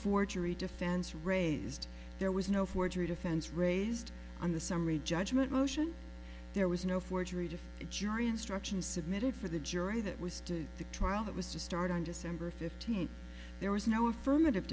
forgery defense raised there was no forgery defense raised on the summary judgment motion there was no forgery to a jury instruction submitted for the jury that was to the trial that was to start on december fifteenth there was no affirmative